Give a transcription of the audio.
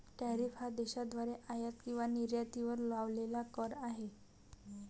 tariff हा देशाद्वारे आयात किंवा निर्यातीवर लावलेला कर आहे